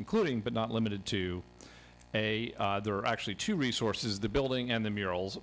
including but not limited to a there are actually two resources the building and the murals